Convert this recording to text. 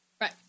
Right